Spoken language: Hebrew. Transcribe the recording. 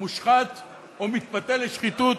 מושחת או מתפתה לשחיתות